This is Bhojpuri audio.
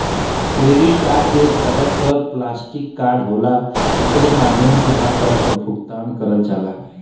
क्रेडिट कार्ड एक तरे क प्लास्टिक कार्ड होला एकरे माध्यम से हर तरह क भुगतान करल जाला